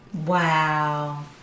Wow